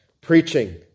preaching